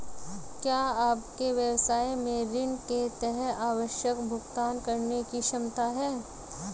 क्या आपके व्यवसाय में ऋण के तहत आवश्यक भुगतान करने की क्षमता है?